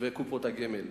וקופות הגמל.